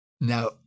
Now